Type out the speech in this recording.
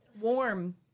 Warm